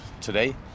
today